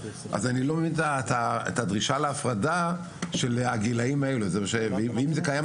אז אני לא מבין את הדרישה להפרדה של הגילאים האלו ואם זה קיים,